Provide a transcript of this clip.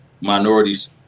minorities